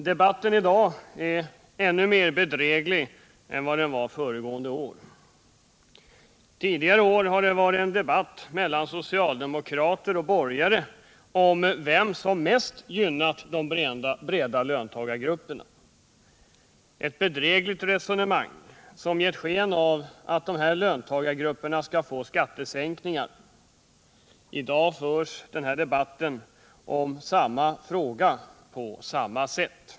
Herr talman! Debatten är i dag ännu mer bedräglig än den var föregående år. Tidigare har det varit en debatt mellan socialdemokrater och borgerliga om vem som mest gynnat de breda löntagargrupperna, ett bedrägligt resonemang som gett sken av att dessa löntagargrupper skall få skattesänkningar. I dag förs debatten om samma fråga på samma sätt.